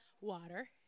water